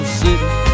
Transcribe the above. city